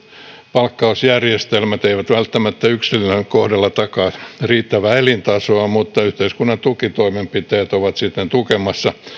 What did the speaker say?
palkkausjärjestelmät eivät välttämättä yksilöiden kohdalla takaa riittävää elintasoa mutta yhteiskunnan tukitoimenpiteet ovat sitten tukemassa